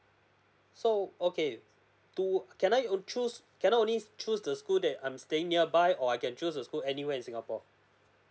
so okay to can I choose can I only choose the school that I'm staying nearby or I can choose the school anywhere in singapore